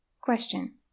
Question